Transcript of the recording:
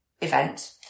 event